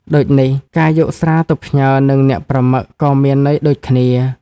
ដូចនេះ ការយកស្រាទៅផ្ញើនឹងអ្នកប្រមឹកក៏មានន័យដូចគ្នា ។